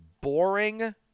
boring